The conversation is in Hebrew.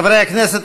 חברי הכנסת,